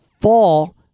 fall